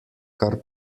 kar